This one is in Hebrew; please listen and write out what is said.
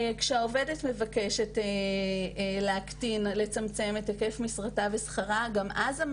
כשהעובדת מבקשת להקטין או לצמצם את היקף משרתה ושכרה גם אז,